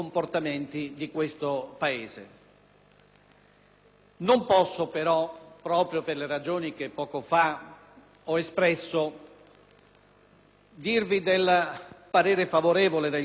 Non posso, però, proprio per le ragioni che poco fa ho espresso, dare il parere favorevole del Governo alla mozione del Partito Democratico.